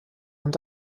und